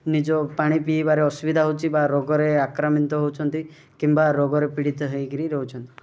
ନିଜ ପାଣି ପିଇବାରେ ଅସୁବିଧା ହେଉଛି ବା ରୋଗରେ ଆକ୍ରାନ୍ତ ହେଉଛନ୍ତି କିମ୍ବା ରୋଗରେ ପୀଡ଼ିତ ହେଇକରି ରହୁଛନ୍ତି